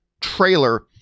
trailer